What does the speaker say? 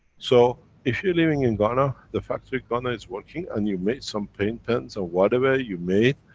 so, if you're living in ghana, the factory ghana is working and you made some pain pens or whatever you made,